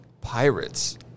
pirates